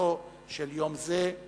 והצלחתו של יום זה.